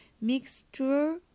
mixture